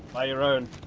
buy your own.